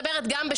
דיברנו על זה.